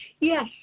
Yes